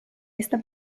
esta